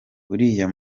uriya